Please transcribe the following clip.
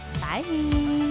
Bye